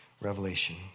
Revelation